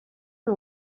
and